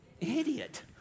idiot